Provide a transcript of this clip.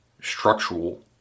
structural